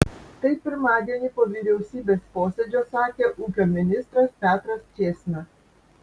tai pirmadienį po vyriausybės posėdžio sakė ūkio ministras petras čėsna